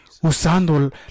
Usando